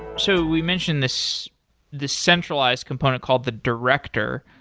so we mentioned this this centralized component called the director.